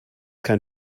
kein